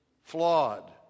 flawed